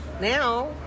now